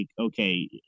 okay